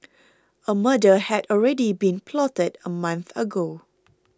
a murder had already been plotted a month ago